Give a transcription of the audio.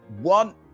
one